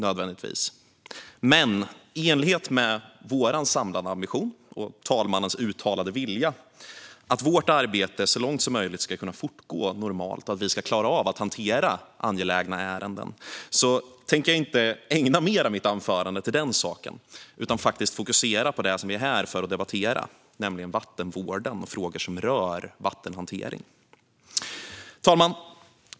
Men i enlighet med vår samlade ambition och talmannens uttalade vilja att vårt arbete så långt som möjligt ska kunna fortgå normalt och att vi ska klara av att hantera angelägna ärenden tänker jag inte ägna mer av mitt anförande åt detta, utan jag ska faktiskt fokusera på det som vi är här för att debattera, nämligen vattenvården och frågor som rör vattenhantering. Herr talman!